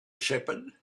shepherd